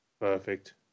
perfect